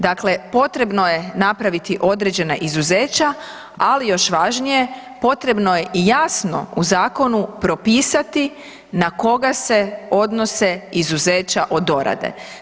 Dakle, potrebno je napraviti određena izuzeća ali još važnije, potrebno je i jasno u zakonu propisati na koga se odnose izuzeća od dorade.